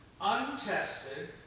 untested